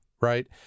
Right